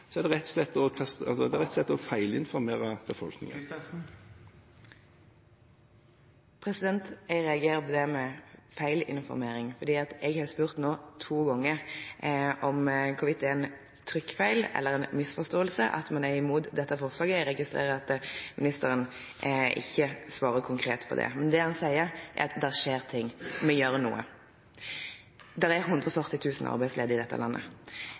er rett og slett å feilinformere. Jeg reagerer på det med «feilinformering», for nå har jeg spurt to ganger om hvorvidt det er en trykkfeil eller en misforståelse at man er imot dette forslaget. Jeg registrerer at ministeren ikke svarer konkret på det, det han sier, er at det skjer ting, at de gjør noe. Det er 140 000 arbeidsledige i dette landet,